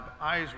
eyes